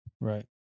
Right